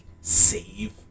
save